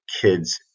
kids